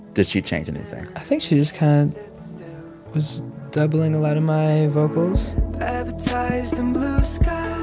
did she change anything? i think she just kind of was doubling a lot of my vocals baptized in blue skies.